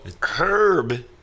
Herb